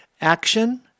Action